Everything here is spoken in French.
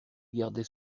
gardait